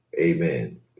Amen